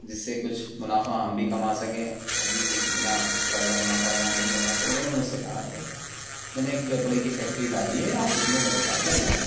جس سے کچھ منافع ہم بھی کما سکیں ابھی کچھ اتنا زیادہ منافع یہاں نہیں ہو رہا تو انہوں نے مجھ سے کہا کہ میں نے ایک کپڑے کی فیکٹری ڈالی ہے آپ اس میں میرے ساتھ لگ جائیں